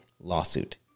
lawsuit